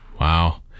Wow